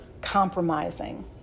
compromising